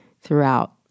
throughout